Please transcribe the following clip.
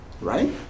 right